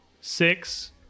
six